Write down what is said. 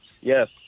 yes